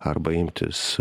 arba imtis